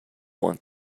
want